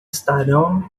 estarão